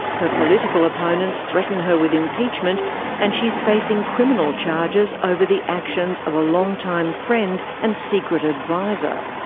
her political opponents threaten her with impeachment and she's facing criminal charges over the actions of a long-time friend and secret advisor.